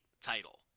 title